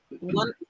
one